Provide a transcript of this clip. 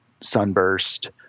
Sunburst